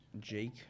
Jake